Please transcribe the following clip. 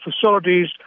facilities